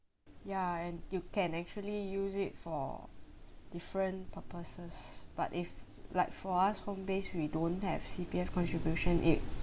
ya and you can actually use it for different purposes but if like for us home based we don't have C_P_F contribution it